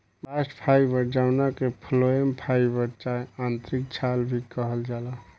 bast fibre जवना के phloem fibre चाहे आंतरिक छाल भी कहल जाला